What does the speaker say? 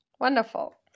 wonderful